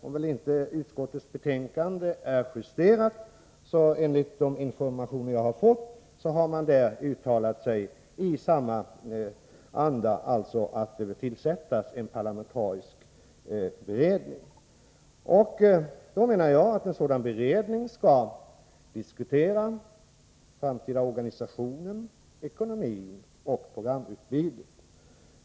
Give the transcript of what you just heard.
Även om utskottets betänkande inte är justerat har utskottet, enligt de informationer jag har fått, uttalat sig i samma anda, dvs. att det bör tillsättas en parlamentarisk beredning. Jag anser att en sådan beredning skall diskutera den framtida organisationen, ekonomin och programutbudet.